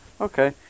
okay